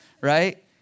right